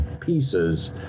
pieces